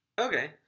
Okay